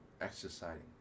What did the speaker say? exercising